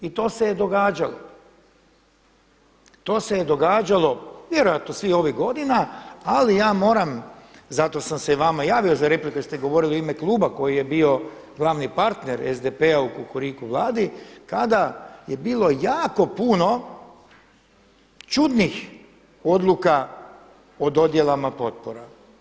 To se je događalo vjerojatno svih ovih godina, ali ja moram zato sam se vama i javio za repliku jer ste govorili u ime kluba koji je bio glavni partner SDP-u, Kukuriku vladi kada je bilo jako puno čudnih odluka o dodjelama potpora.